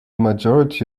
majority